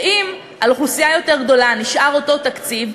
שאם על אוכלוסייה יותר גדולה נשאר אותו תקציב,